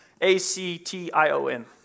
A-C-T-I-O-N